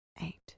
eight